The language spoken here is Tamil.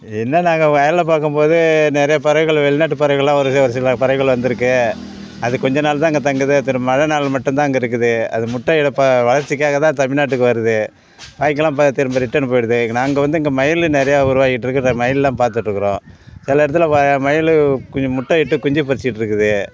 என்ன நாங்கள் வேலை பார்க்கும் போது நிறைய பறவைகள் வெளிநாட்டு பறவைகளெலாம் ஒரு சி ஒரு சில பறவைகள் வந்திருக்கு அது கொஞ்சம் நாள் தான் இங்கே தங்குது திரும் மழை நாள் மட்டும்தான் அங்கே இருக்குது அது முட்டை இடப்போ வளர்ச்சிக்காக தான் தமிழ்நாட்டுக்கு வருது பாக்கியெலாம் ப திரும்ப ரிட்டர்னு போய்விடுது நாங்கள் வந்து இங்கே மயில் நிறையா உருவாகிட்ருக்கு இந்த மயிலெல்லாம் பார்த்துட்ருக்கறோம் சில இடத்துல வ மயில் கொஞ்சம் முட்டை இட்டு குஞ்சு பொரிச்சுட்ருக்குது